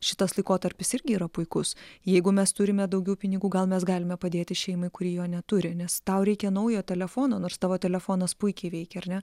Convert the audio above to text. šitas laikotarpis irgi yra puikus jeigu mes turime daugiau pinigų gal mes galime padėti šeimai kuri jo neturi nes tau reikia naujo telefono nors tavo telefonas puikiai veikia ar ne